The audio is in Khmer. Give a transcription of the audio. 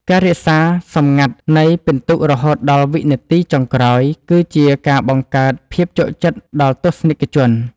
ការរក្សាសម្ងាត់នៃពិន្ទុរហូតដល់វិនាទីចុងក្រោយគឺជាការបង្កើតភាពជក់ចិត្តដល់ទស្សនិកជន។